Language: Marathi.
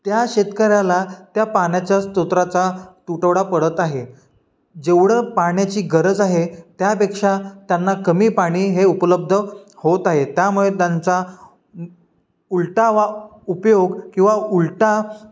त्या शेतकऱ्याला त्या पाण्याच्या स्तोत्राचा तुटवडा पडत आहे जेवढं पाण्याची गरज आहे त्यापेक्षा त्यांना कमी पाणी हे उपलब्ध होत आहे त्यामुळे त्यांचा उलटा वा उपयोग किंवा उलटा